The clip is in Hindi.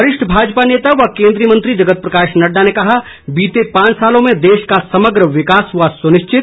वरिष्ठ भाजपा नेता व केन्द्रीय मंत्री जगत प्रकाश नड्डा ने कहा बीते पांच सालों में देश का समग्र विकास हुआ सुनिश्चित